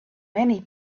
many